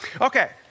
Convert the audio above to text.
Okay